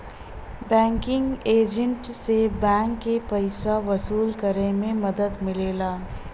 banking agent से bank के पइसा वसूली करे में मदद मिलेला